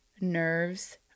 nerves